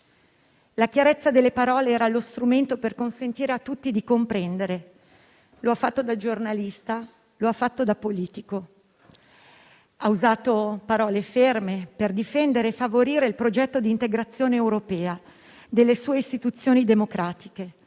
La chiarezza delle parole era lo strumento per consentire a tutti di comprendere: lo ha fatto da giornalista e lo ha fatto da politico. Ha usato parole ferme per difendere e favorire il progetto di integrazione europea e le sue istituzioni democratiche,